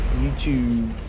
YouTube